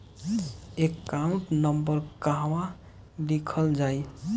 Account number कहवा लिखल जाइ?